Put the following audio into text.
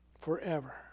forever